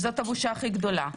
זאת הבושה הכי גדולה.